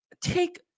take